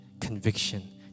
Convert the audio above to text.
conviction